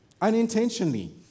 Unintentionally